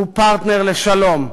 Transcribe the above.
הוא פרטנר לשלום.